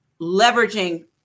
leveraging